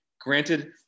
Granted